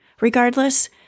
Regardless